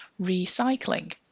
recycling